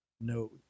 no